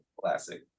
Classic